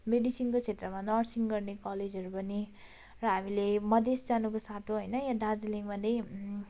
मेडिसिनको क्षेत्रमा नर्सिङ गर्ने कलेजहरू पनि र हामीले मधेस जानुको साटो होइन यहाँ दार्जिलिङमा नै